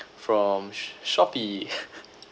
from Shopee